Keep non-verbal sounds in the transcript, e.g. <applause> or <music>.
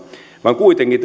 vaan kuitenkin <unintelligible>